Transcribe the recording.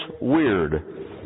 weird